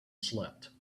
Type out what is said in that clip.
slept